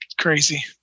Crazy